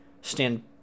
stand